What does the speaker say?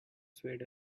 swayed